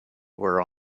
were